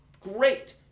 Great